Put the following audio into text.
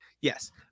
Yes